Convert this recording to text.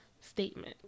statement